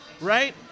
Right